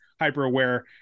hyper-aware